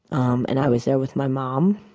um and i was there with my mom